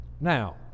now